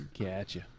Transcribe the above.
gotcha